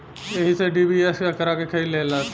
एही से डी.बी.एस एकरा के खरीद लेलस